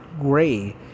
gray